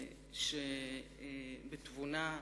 שבתבונה,